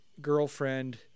girlfriend